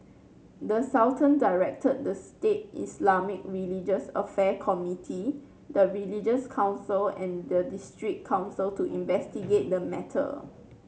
the Sultan directed the state Islamic religious affair committee the religious council and the district council to investigate the matter